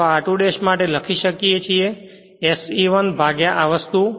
અથવા r2 ' માટે લખી શકીએ SE1 ભાગ્યા આ વસ્તુ